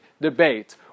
debate